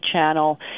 channel